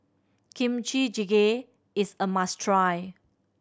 Kimchi Jjigae is a must try